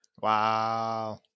Wow